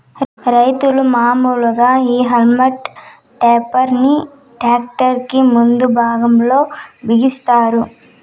రైతులు మాములుగా ఈ హల్మ్ టాపర్ ని ట్రాక్టర్ కి ముందు భాగం లో బిగిస్తారు